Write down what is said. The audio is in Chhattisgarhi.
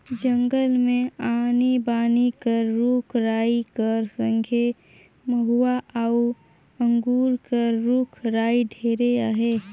जंगल मे आनी बानी कर रूख राई कर संघे मउहा अउ अंगुर कर रूख राई ढेरे अहे